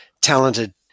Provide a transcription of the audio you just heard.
talented